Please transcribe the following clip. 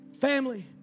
Family